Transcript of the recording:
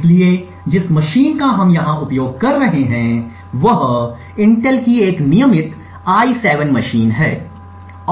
इसलिए जिस मशीन का हम यहां उपयोग कर रहे हैं वह इंटेल की एक नियमित i7 मशीन है